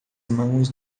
mãos